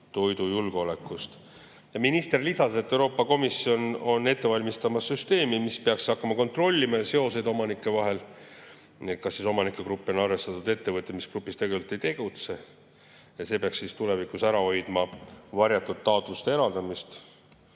toidujulgeolekust. Minister lisas, et Euroopa Komisjon on ette valmistamas süsteemi, mis peaks hakkama kontrollima seoseid omanike vahel, näiteks kas omanike gruppi on arvestatud ettevõtted, mis grupis ei tegutse. See peaks tulevikus ära hoidma varjatud taotluste eraldamise.